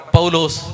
Paulos